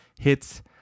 hits